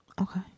Okay